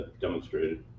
demonstrated